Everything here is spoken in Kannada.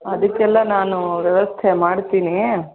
ಅದಕ್ಕೆಲ್ಲ ನಾನು ವ್ಯವಸ್ಥೆ ಮಾಡ್ತೀನಿ